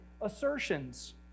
assertions